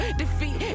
defeat